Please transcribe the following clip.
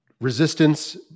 resistance